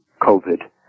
COVID